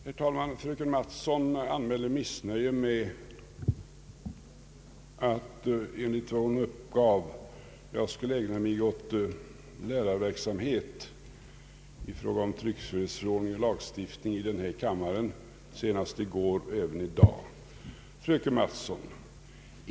Herr talman! Fröken Mattson anmälde missnöje med att jag enligt vad hon uppgav ägnat mig åt lärarverksamhet i fråga om tryckfrihetsförordning och lagstiftning i denna kammare både i går och i dag. Fröken Mattson!